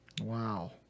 Wow